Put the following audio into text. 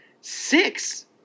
six